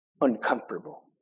uncomfortable